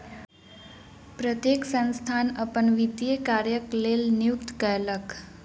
प्रत्येक संस्थान अपन वित्तीय कार्यक लेल नियुक्ति कयलक